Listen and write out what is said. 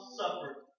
suffered